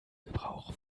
gebrauch